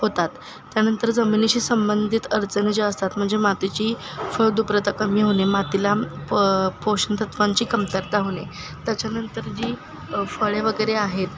होतात त्यानंतर जमिनीशी संबंधित अडचणी ज्या असतात म्हणजे मातीची फलद्रुपता कमी होणे मातीला प पोषणतत्वांची कमतरता होणे त्याच्यानंतर जी फळे वगैरे आहेत